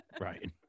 Right